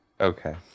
okay